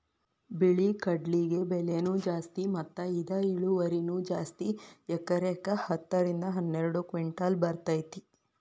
ಬಿಳಿ ಕಡ್ಲಿಗೆ ಬೆಲೆನೂ ಜಾಸ್ತಿ ಮತ್ತ ಇದ ಇಳುವರಿನೂ ಜಾಸ್ತಿ ಎಕರೆಕ ಹತ್ತ ರಿಂದ ಹನ್ನೆರಡು ಕಿಂಟಲ್ ಬರ್ತೈತಿ